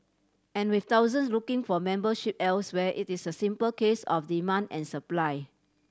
and with thousands looking for membership elsewhere it is a simple case of demand and supply